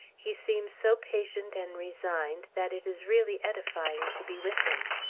he seems so patient and resigned that it is really edifying to be with him.